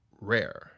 rare